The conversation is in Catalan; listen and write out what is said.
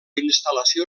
instal·lació